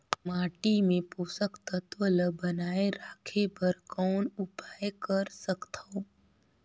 माटी मे पोषक तत्व ल बनाय राखे बर कौन उपाय कर सकथव?